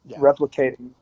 replicating